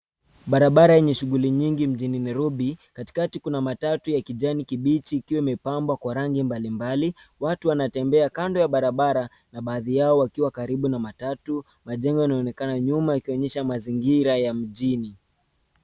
Barabara yenye shuguli nyingi mjini Nairobi katikati kuna matatu ya kijani kibichi ikiwa imepambwa kwa rangi mbalimbali. Watu wanatembea kando ya barabara na baadhi yao wakiwa karibu na matatu. Majengo yanaonekana nyuma ikionyesha mazingira ya mjini.